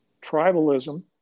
tribalism